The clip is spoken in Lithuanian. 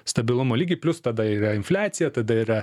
stabilumo lygį plius tada yra infliacija tada yra